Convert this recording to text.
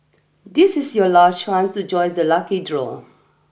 this is your last chance to join the lucky draw